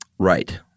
Right